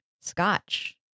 scotch